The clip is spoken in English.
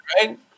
right